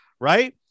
right